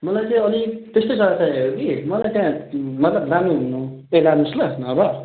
मलाई चाहिँ अलिक त्यस्तै जग्गा चाहिएको कि मलाई त्यहाँ मतलब घुम्नु लानोस् ल नभए